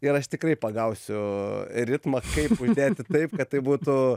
ir aš tikrai pagausiu ritmą kaip uždėti taip kad tai būtų